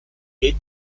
est